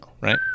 right